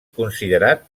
considerat